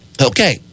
Okay